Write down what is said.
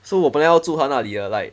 so 我本来要住他那里的 like